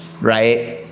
right